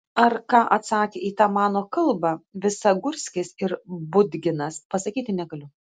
ar ką atsakė į tą mano kalbą visagurskis ir budginas pasakyti negaliu